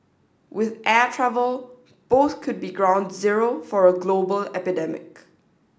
with air travel both could be ground zero for a global epidemic